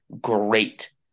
great